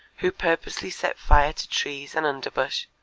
who purposely set fire to trees and underbrush,